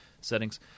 settings